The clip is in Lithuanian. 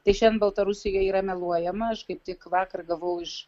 tai šiandien baltarusijoje yra meluojama aš kaip tik vakar gavau iš